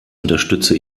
unterstütze